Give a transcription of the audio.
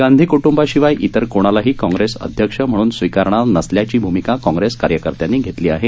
गांधी कुटुंबाशिवाय इतर कोणालाही काँग्रेस अध्यक्ष म्हणून स्वीकारणार नसल्याची भूमिका काँग्रेस कार्यकर्त्यांनी घेतली आहे